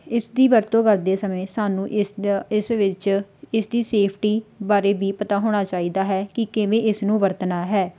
ਇਸ ਦੀ ਵਰਤੋਂ ਕਰਦੇ ਸਮੇਂ ਸਾਨੂੰ ਇਸ ਦਾ ਇਸ ਵਿੱਚ ਇਸ ਦੀ ਸੇਫਟੀ ਬਾਰੇ ਵੀ ਪਤਾ ਹੋਣਾ ਚਾਹੀਦਾ ਹੈ ਕਿ ਕਿਵੇਂ ਇਸ ਨੂੰ ਵਰਤਣਾ ਹੈ